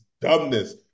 dumbness